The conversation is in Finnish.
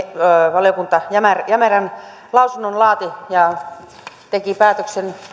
valiokunta jämerän jämerän lausunnon laati ja teki päätöksen